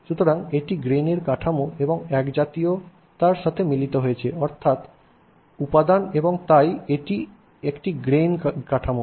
সুতরাং এটি গ্রেইনের কাঠামো এবং একজাতীয়তার সাথে মিলিত হয়েছে আমার অর্থ উপাদান এবং তাই এটি একটি গ্রেইন কাঠামো